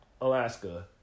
Alaska